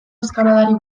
eskaladari